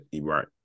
right